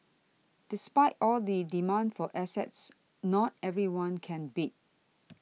despite all the demand for assets not everyone can bid